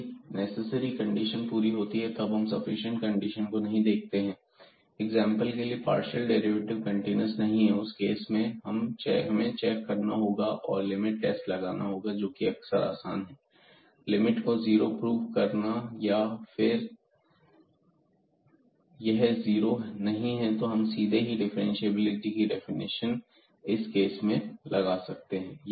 यदि necessary condition पूरी होती हैं तब हम सफिशिएंट कंडीशन को नहीं देखते हैं एग्जांपल के लिए पार्शियल डेरिवेटिव कंटीन्यूअस नहीं है उस केस में हमें आगे चेक करना होगा और लिमिट टेस्ट लगाना होगा जो कि अक्सर आसान है लिमिट को जीरो प्रूव करना या फिर यदि यह जीरो नहीं है तो हम सीधे ही डिफरेंटशिएबिलिटी की डेफिनेशन इस केस में लगा सकते हैं